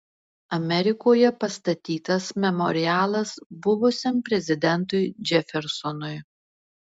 amerikoje pastatytas memorialas buvusiam prezidentui džefersonui